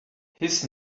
his